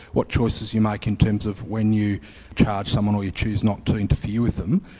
what choices you make in terms of when you charge someone or you choose not to interfere with them.